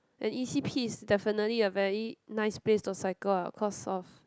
and e_c_p is definitely a very nice place to cycle ah cause of